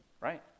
Right